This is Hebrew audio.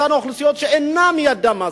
אותן אוכלוסיות שאין ידן משגת.